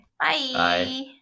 Bye